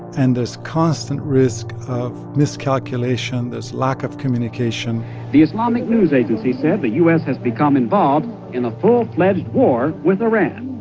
and there's constant risk of miscalculation. there's lack of communication the islamic news agency said the u s. has become involved in a full-fledged war with iran.